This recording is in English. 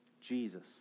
Jesus